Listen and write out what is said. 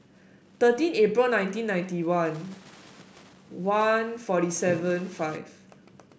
thirteen April nineteen ninety one one forty seven five